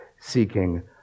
seeking